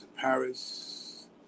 Paris